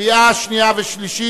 קריאה שנייה וקריאה שלישית.